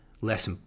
less